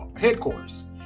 headquarters